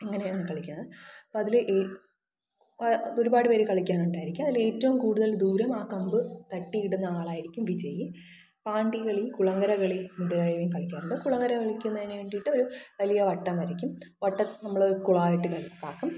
അങ്ങനെയാണ് കളിക്കുന്നത് അപ്പം അതിൽ ഏ ഒരുപാട് പേർ കളിക്കാനുണ്ടായിരിക്കും അതിൽ ഏറ്റവും കൂടുതൽ ദൂരം ആ കമ്പ് തട്ടിയിടുന്ന ആളായിരിക്കും വിജയി പാണ്ടി കളി കുളംകര കളി മുതലായവയും കളിക്കാറുണ്ട് കുളംകര കളിക്കുന്നതിന് വേണ്ടിയിട്ട് ഒരു വലിയ വട്ടം വരയ്ക്കും വട്ടത്തെ നമ്മൾ ഒരു കുളമായിട്ട് കണക്കാക്കും